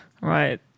Right